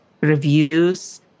reviews